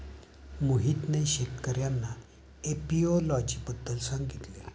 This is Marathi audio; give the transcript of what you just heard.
मोहितने शेतकर्यांना एपियोलॉजी बद्दल सांगितले